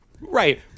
Right